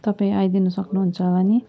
तपाईँ आइदिन सक्नु हुन्छ होला नि